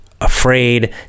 afraid